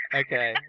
okay